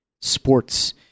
sports